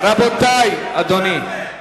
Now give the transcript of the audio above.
אדוני.